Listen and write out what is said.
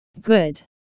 good